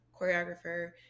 choreographer